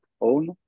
own